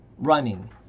Running